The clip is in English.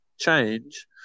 change